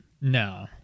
No